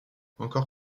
encore